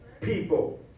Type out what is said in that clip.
people